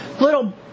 little